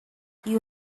you